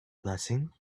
blessing